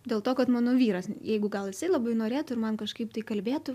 dėl to kad mano vyras jeigu gal jisai labai norėtų ir man kažkaip tai kalbėtų